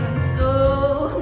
so